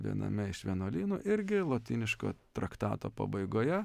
viename iš vienuolynų irgi lotyniško traktato pabaigoje